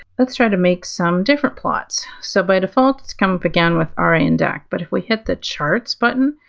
let's try to make some different plots. so by default, let's come up again with ra and dec, but if we hit the charts button,